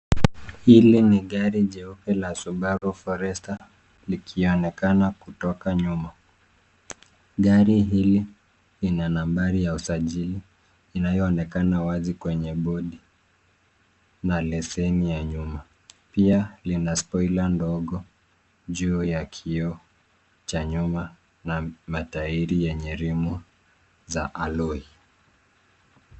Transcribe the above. Hili ni gari jeupe la subaru forester likionekana kutoka nyuma. Gari hili lina nambari ya usajili inayoonekana wazi kwenye bodi na leseni ya nyuma. Pia lina spoila ndogo juu ya kioo cha nyuma na matairi yenye rimu za (cs)alloy(cs).